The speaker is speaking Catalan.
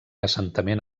assentament